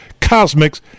Cosmics